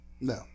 No